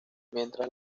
mientras